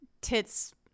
tits-